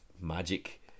magic